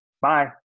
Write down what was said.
Bye